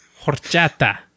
horchata